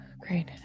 Great